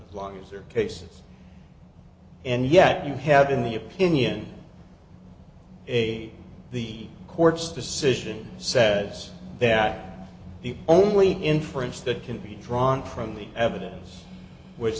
as long as there are cases and yet you have in the opinion a the court's decision says that the only inference that can be drawn from the evidence w